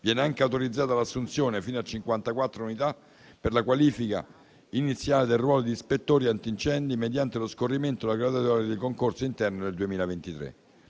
Viene anche autorizzata l'assunzione, fino a 54 unità, per la qualifica iniziale del ruolo di ispettori antincendi mediante lo scorrimento della graduatoria del concorso interno del 2023.